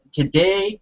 today